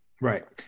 Right